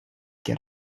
get